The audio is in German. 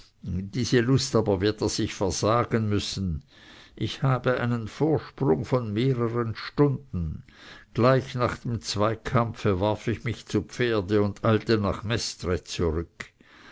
diese lust aber wird er sich versagen müssen ich habe einen vorsprung von mehreren stunden gleich nach dem zweikampfe warf ich mich zu pferde und eilte nach mestre zurück